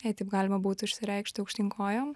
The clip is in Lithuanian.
jei taip galima būtų išsireikšti aukštyn kojom